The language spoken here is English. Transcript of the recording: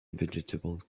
vegetable